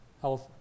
health